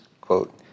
Quote